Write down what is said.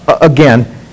again